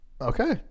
Okay